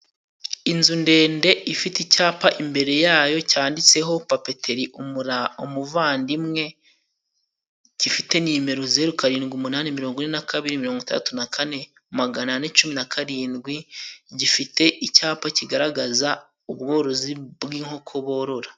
Inzu ndende ifite icyapa imbere yayo cyanditse ho papeteri umura umuvandimwe, gifite nimero zeru karindwi, umunani mirongo ine na kabiri mirongo itandatu na kane magana ane cumi na karindwi, gifite icyapa kigaragaza ubworozi bw'inkoko borora.